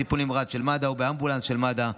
טיפול נמרץ של מד"א או באמבולנס של מד"א,